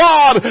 God